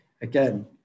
Again